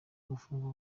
gufungwa